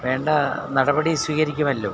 വേണ്ട നടപടി സ്വീകരിക്കുമല്ലോ